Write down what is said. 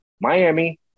Miami